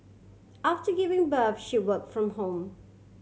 after giving birth she work from home